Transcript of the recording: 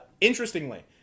interestingly